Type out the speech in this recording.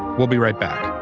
we'll be right back.